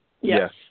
Yes